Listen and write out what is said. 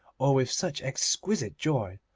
or with such exquisite joy,